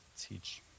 teach